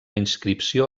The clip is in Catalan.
inscripció